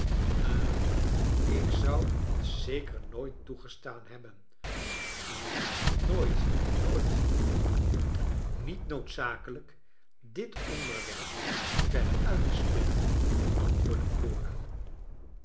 hm ik zou dat zeker niet toegestaan hebben ha nooit nooit v niet noodzakelijk dit onderwerp verder uit te spinnen antwoordde